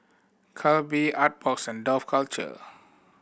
Calbee Artbox and Dough Culture